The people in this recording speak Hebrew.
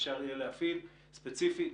אפשר יהיה להפעיל ספציפית.